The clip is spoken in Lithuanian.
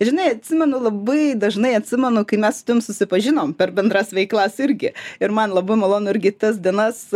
žinai atsimenu labai dažnai atsimenu kai mes susipažinom per bendras veiklas irgi ir man labai malonu irgi tas dienas